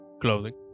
clothing